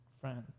friend